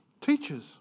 teachers